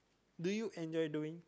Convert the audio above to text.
do you enjoy doing